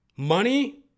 Money